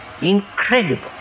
incredible